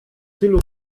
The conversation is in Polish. tylu